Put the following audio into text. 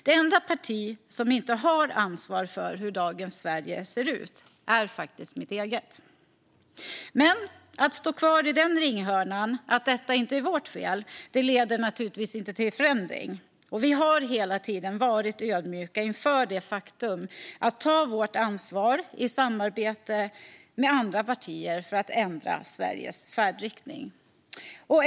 Det enda parti som inte har ansvar för hur dagens Sverige ser ut är faktiskt mitt eget. Men att stå kvar i den ringhörnan och säga att detta inte är vårt fel leder naturligtvis inte till förändring. Vi har hela tiden varit ödmjuka inför att ta vårt ansvar i samarbete med andra partier för att ändra Sveriges färdriktning.